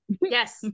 Yes